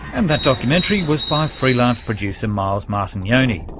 and that documentary was by freelance producer miles martignoni.